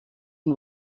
und